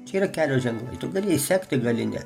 čia yra kelio ženklai tu gali jį sekti gali ne